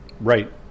Right